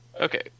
Okay